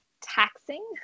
taxing